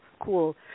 cool